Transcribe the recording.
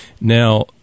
Now